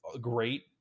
great